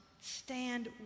stand